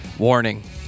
Warning